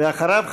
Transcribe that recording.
ואחריו,